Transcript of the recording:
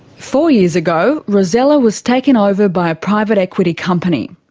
four years ago rosella was taken over by a private equity company.